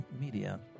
Media